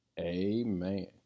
Amen